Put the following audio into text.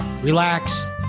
relax